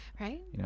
Right